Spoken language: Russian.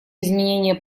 изменения